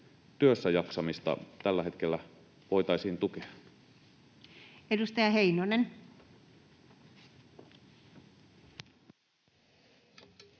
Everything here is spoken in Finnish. työssäjaksamista tällä hetkellä. Edustaja Heinonen.